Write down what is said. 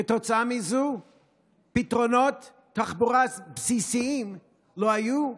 כתוצאה מזה פתרונות תחבורה בסיסיים לא היו,